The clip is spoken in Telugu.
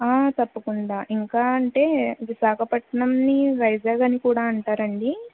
తప్పకుండా ఇంకా అంటే విశాఖపట్ణణాన్ని వైజాగ్ అని కూడా అంటారు అండి